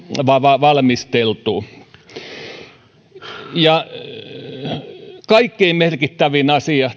valmisteltu kaikkein merkittävin asia